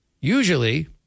usually